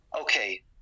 okay